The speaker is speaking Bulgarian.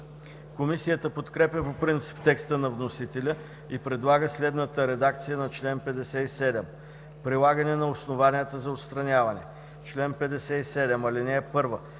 Комисията подкрепя по принцип текста на вносителя и предлага следната редакция на чл. 57: „Прилагане на основанията за отстраняване Чл. 57.